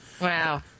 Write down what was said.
Wow